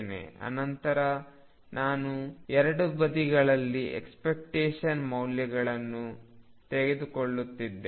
ಅನಂತರ ನಾನು ಎರಡು ಬದಿಗಳಲ್ಲಿ ಎಕ್ಸ್ಪೆಕ್ಟೇಶನ್ ಮೌಲ್ಯವನ್ನು ತೆಗೆದುಕೊಳ್ಳುತ್ತೇನೆ